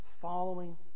following